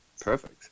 perfect